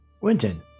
Winton